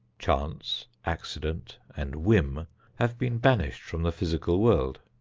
chance, accident and whim have been banished from the physical world.